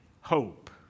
hope